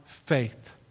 faith